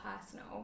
personal